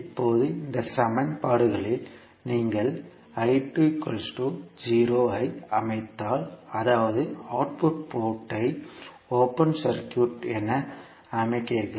இப்போது இந்த சமன்பாடுகளில் நீங்கள் ஐ அமைத்தால் அதாவது அவுட்புட் போர்ட் ஐ ஓபன் சர்க்யூட் என அமைக்கிறீர்கள்